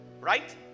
right